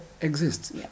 exists